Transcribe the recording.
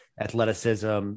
athleticism